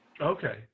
Okay